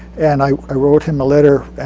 and i i wrote him a letter,